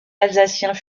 alsaciens